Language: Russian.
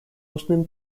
устным